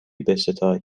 بستای